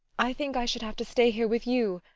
i think i should have to stay here with you,